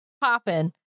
popping